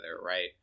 right